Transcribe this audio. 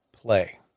play